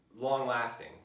long-lasting